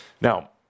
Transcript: Now